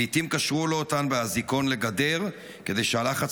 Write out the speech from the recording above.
לעיתים קשרו לו אותן באזיקון לגדר כדי שהלחץ